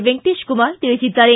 ವೆಂಕಟೇಶ ಕುಮಾರ್ ತಿಳಿಸಿದ್ದಾರೆ